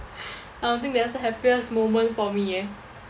I don't think there's a happiest moment for me eh